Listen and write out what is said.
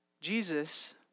Jesus